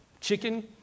chicken